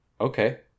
Okay